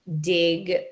dig